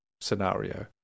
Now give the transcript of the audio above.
scenario